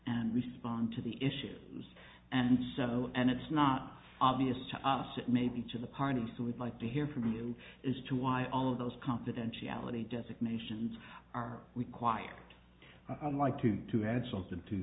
and respond to the issue and so and it's not obvious to us it may be to the party so we'd like to hear from you as to why all of those confidentiality designations are required like two to add something to